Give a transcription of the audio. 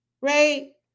right